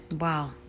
Wow